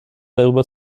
darüber